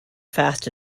fast